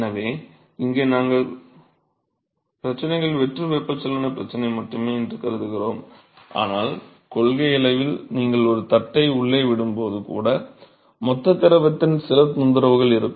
எனவே இங்கே நாங்கள் பிரச்சனைகள் வெற்று வெப்பச்சலன பிரச்சனை மட்டுமே என்று கருதுகிறோம் ஆனால் கொள்கையளவில் நீங்கள் ஒரு தட்டை உள்ளே விடும்போது கூட மொத்த திரவத்தின் சில தொந்தரவுகள் இருக்கும்